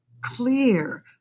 clear